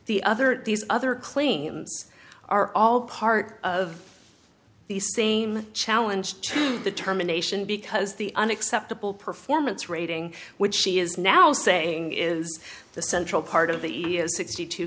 the other these other claims are all part of the same challenge to determination because the unacceptable performance rating which she is now saying is the central part of the ia sixty two